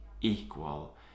equal